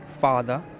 father